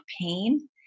pain